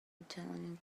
italian